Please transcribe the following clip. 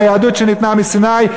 היהדות שניתנה מסיני.